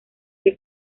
que